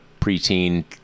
preteen